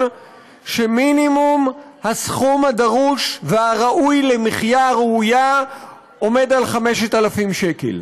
שמינימום הסכום הדרוש והראוי למחיה ראויה עומד 5,000 שקל.